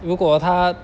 如果他